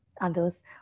others